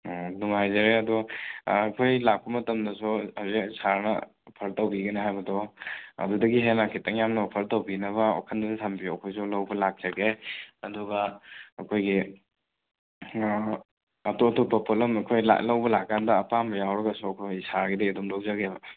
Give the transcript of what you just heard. ꯑꯣ ꯅꯨꯡꯉꯥꯏꯖꯔꯦ ꯑꯗꯣ ꯑꯩꯈꯣꯏ ꯂꯥꯛꯄ ꯃꯇꯝꯗꯁꯨ ꯍꯧꯖꯤꯛ ꯁꯥꯔꯅ ꯑꯣꯐꯔ ꯇꯧꯕꯤꯒꯅꯤ ꯍꯥꯏꯕꯗꯣ ꯑꯗꯨꯗꯒꯤ ꯍꯦꯟꯅ ꯈꯤꯇꯪ ꯌꯥꯝꯅ ꯑꯣꯐꯔ ꯇꯧꯕꯤꯅꯕ ꯋꯥꯈꯜꯗꯁꯨ ꯊꯝꯕꯤꯌꯨ ꯑꯩꯈꯣꯏꯁꯨ ꯂꯧꯕ ꯂꯥꯛꯆꯒꯦ ꯑꯗꯨꯒ ꯑꯩꯈꯣꯏꯒꯤ ꯑꯇꯣꯞ ꯑꯇꯣꯞꯄ ꯄꯣꯠꯂꯝ ꯑꯈꯣꯏ ꯂꯥꯛ ꯂꯧꯕ ꯂꯥꯛꯄꯀꯥꯟꯗ ꯑꯄꯥꯝꯕ ꯌꯥꯎꯔꯒꯁꯨ ꯑꯩꯈꯣꯏ ꯁꯥꯔꯒꯤꯗꯒꯤ ꯑꯗꯨꯨꯝ ꯂꯧꯖꯒꯦꯕ